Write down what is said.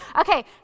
Okay